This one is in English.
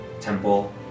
temple